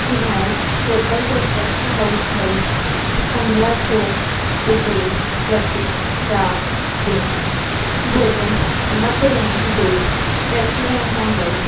ਰਿਹਾਇਸ਼ ਹੋਟਲ ਜਾਂ rest house ਲਈ ਪੰਦਰ੍ਹਾਂ ਸੌ ਰੁਪਏ ਪ੍ਰਤੀ ਰਾਤ ਦਿਨ ਭੋਜਨ ਮੱਧ ਰੇਂਜ ਦੇ ਰੈਸਟੋਰੈਂਟਾਂ ਲਈ